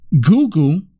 Google